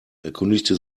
erkundigte